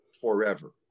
forever